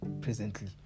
presently